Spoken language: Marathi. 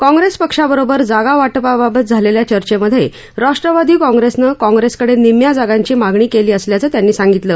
काँग्रेस पक्षाबरोबर जागावाटपाबाबत झालेल्या चर्चेमध्ये राष्ट्रवादी काँप्रेसनं काँप्रेसकडे निम्म्या जागांची मागणी केली असल्याचं त्यांनी सांगितलं